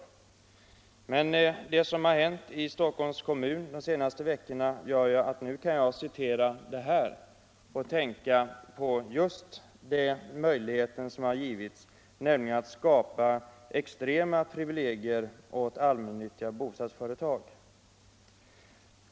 Men det som har hänt i Stockholms kommun de senaste veckorna gör att jag nu kan citera hans uttalande här med tanke på just de möjligheter som har skapats att ge extrema privilegier åt allmännyttiga bostadsföretag.